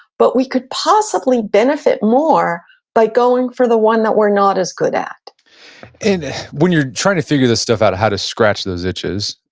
but we could possibly benefit more by going for the one that we're not as good at and when you're trying to figure this stuff out of how to scratch those itches,